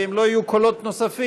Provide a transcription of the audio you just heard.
ואם לא יהיו קולות נוספים,